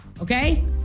okay